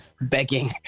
begging